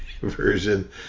version